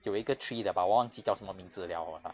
有一个 tree 的 but 我忘记叫什么名字 liao